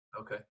Okay